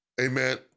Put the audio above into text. amen